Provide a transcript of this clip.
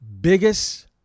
biggest